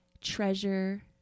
treasure